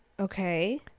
Okay